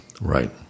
Right